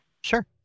Sure